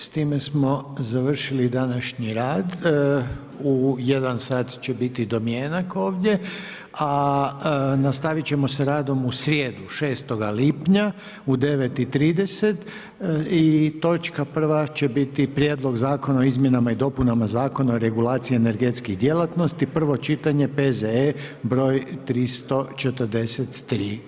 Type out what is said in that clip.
Stime smo završili današnji rad, u 1 sat će biti domjenak ovdje, a nastaviti ćemo s radom u srijedu 6.6 u 9,30 i točka prva će biti Prijedlog Zakona o izmjenama i dopunama Zakona o regulaciji energetskih djelatnosti, prvo čitanje, P.Z.E. br. 343.